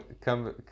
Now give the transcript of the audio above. come